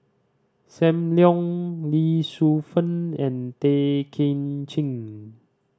Sam Leong Lee Shu Fen and Tay Kay Chin